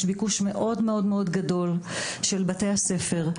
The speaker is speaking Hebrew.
יש ביקוש מאוד גדול של בתי הספר.